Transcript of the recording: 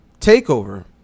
Takeover